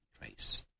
trace